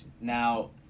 Now